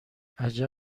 عجب